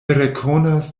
rekonas